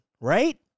right